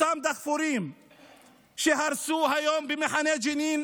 הדחפורים שהרסו היום במחנה ג'נין